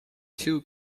two